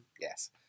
yes